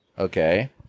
Okay